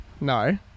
No